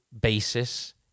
basis